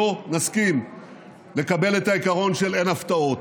לא נסכים לקבל את העיקרון של "אין הפתעות".